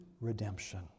redemption